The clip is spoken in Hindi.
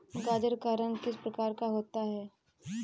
गाजर का रंग किस प्रकार का होता है?